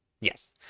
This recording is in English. yes